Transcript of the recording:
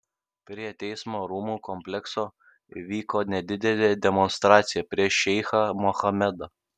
prie teismo rūmų komplekso vyko nedidelė demonstracija prieš šeichą mohamedą